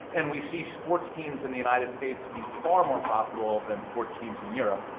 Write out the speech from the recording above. and we see sports teams in the united states be far more profitable than sports teams in europe,